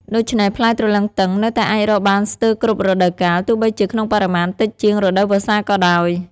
ដូច្នេះ ផ្លែទ្រលឹងទឹងនៅតែអាចរកបានស្ទើរគ្រប់រដូវកាល ទោះបីជាក្នុងបរិមាណតិចជាងរដូវវស្សាក៏ដោយ។